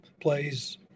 plays